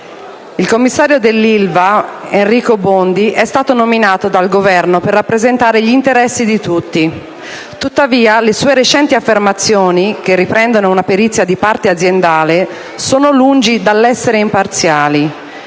Il commissario dell'Ilva, Enrico Bondi è stato nominato dal Governo per rappresentare gli interessi di tutti. Tuttavia le sue recenti affermazioni, che riprendono una perizia di parte aziendale, sono lungi dall'essere imparziali.